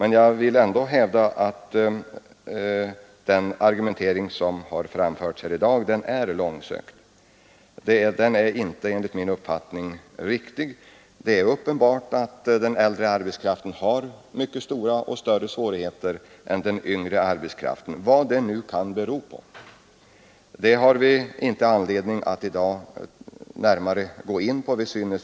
Men jag vill än en gång hävda att den argumentering som framförts här i dag är långsökt. Den är enligt min uppfattning inte riktig. Det är uppenbart att den äldre arbetskraften har större svårigheter än den yngre arbetskraften — vad det nu kan bero på. Det har vi inte anledning att i dag närmare gå in på. Vi kan konstatera faktum.